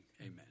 Amen